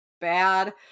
bad